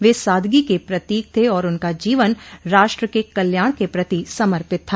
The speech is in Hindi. वे सादगी के प्रतीक थे और उनका जीवन राष्ट्र के कल्याण के प्रति समर्पित था